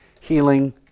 healing